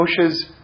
Moshe's